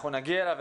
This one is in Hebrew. אנחנו נגיע אליו.